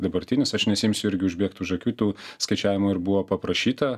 dabartinis aš nesiimsiu irgi užbėgt už akių tų skaičiavimų ir buvo paprašyta